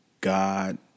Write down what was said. God